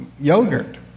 yogurt